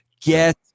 Get